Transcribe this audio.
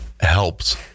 Helps